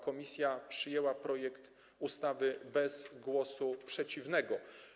Komisja przyjęła projekt ustawy bez głosu przeciw.